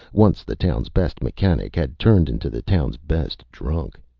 once the town's best mechanic, had turned into the town's best drunk.